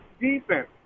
defense